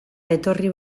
etorri